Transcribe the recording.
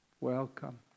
Welcome